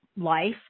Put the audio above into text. life